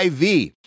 IV